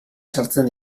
sartzen